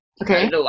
Okay